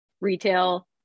retail